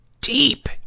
deep